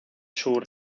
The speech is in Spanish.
sur